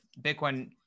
Bitcoin